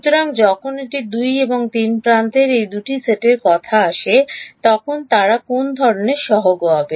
সুতরাং যখন এটি 2 এবং 3 প্রান্তের এই দুটি সেটের কথা আসে তখন তারা কোন ধরণের সহগ হবে